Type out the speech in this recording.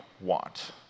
want